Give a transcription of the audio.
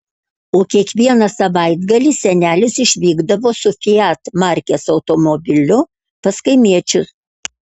o kiekvieną savaitgalį senelis išvykdavo su fiat markės automobiliu pas kaimiečius